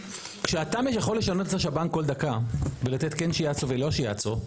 כשאתה יכול לשנות את השב"ן כל דקה ולתת כן שיאצו ולא שיאצו,